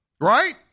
Right